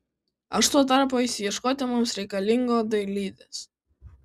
aš tuo tarpu eisiu ieškoti mums reikalingo dailidės